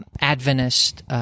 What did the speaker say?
Adventist—